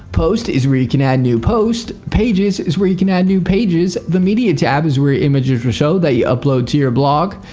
posts is where you can add new posts. pages is where you can add new pages. the media tab is where your images will show that you upload to your blog.